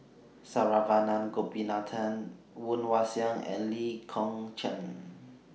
Saravanan Gopinathan Woon Wah Siang and Lee Kong Chian